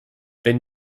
wenn